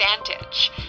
advantage